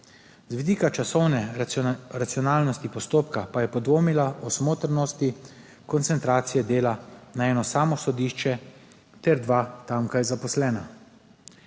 z vidika časovne racionalnosti postopka pa je podvomila o smotrnosti koncentracije dela na eno samo sodišče ter dva tamkaj zaposlena.